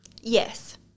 Yes